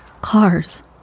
Cars